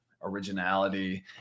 originality